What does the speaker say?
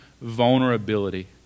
vulnerability